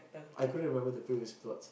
I couldn't remember the previous plots